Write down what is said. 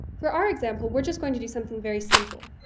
for our example, we're just going to do something very simple.